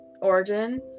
Origin